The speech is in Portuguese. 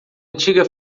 antiga